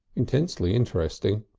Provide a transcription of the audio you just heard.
intensely interesting.